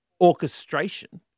orchestration